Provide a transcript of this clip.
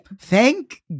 Thank